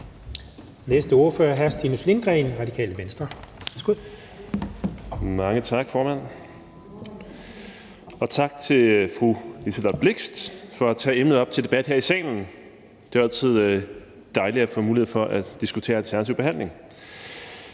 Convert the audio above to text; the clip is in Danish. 12:17 (Ordfører) Stinus Lindgreen (RV): Mange tak, formand, og tak til fru Liselott Blixt for at tage emnet op til debat her i salen. Det er altid dejligt at få mulighed for at diskutere alternativ behandling.